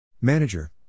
Manager